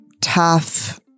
tough